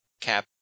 Cap